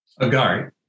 Agari